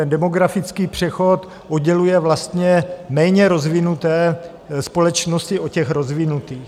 Ten demografický přechod odděluje vlastně méně rozvinuté společnosti od těch rozvinutých.